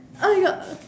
oh my god